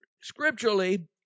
Scripturally